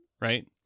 right